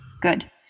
Good